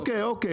אוקיי,